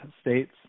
states